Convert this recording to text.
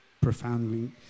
profoundly